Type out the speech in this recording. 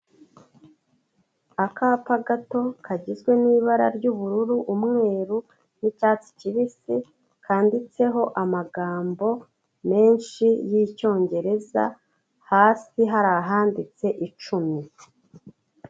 Akapa gato kagizwe n'ibara ry'ubururu, umweru n'icyatsi kibisi, kandiditseho amagambo menshi y'Icyongereza, hasi hari ahanditse icumi.